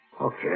Okay